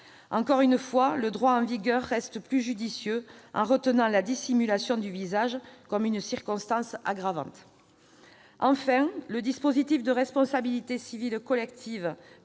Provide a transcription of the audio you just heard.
Encore une fois, le droit en vigueur reste plus judicieux en retenant la dissimulation du visage comme une circonstance aggravante. Enfin, le dispositif de responsabilité civile collective